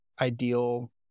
ideal